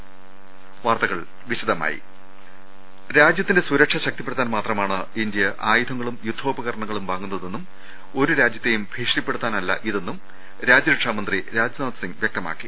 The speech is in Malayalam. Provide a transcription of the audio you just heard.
ൾ ൽ ൾ രാജ്യത്തിന്റെ സുരക്ഷ ശക്തിപ്പെടുത്താൻ മാത്രമാണ് ഇന്ത്യ ആയുധങ്ങളും യുദ്ധോപകരണങ്ങളും വാങ്ങുന്നതെന്നും ഒരു രാജ്യ ത്തേയും ഭീഷണിപ്പെടുത്താനല്ല ഇതെന്നും രാജ്യരക്ഷാമന്ത്രി രാജ്നാഥ് സിങ്ങ് വൃക്തമാക്കി